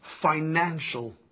financial